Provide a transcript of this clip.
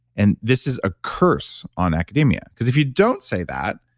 and this is a curse on academia, because if you don't say that,